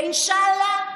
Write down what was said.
ואינשאללה,